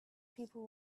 people